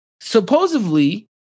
supposedly